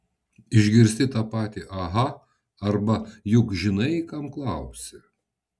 išgirsti tą patį aha arba juk žinai kam klausi